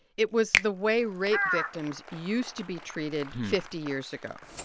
it was the way rape victims used to be treated fifty years ago,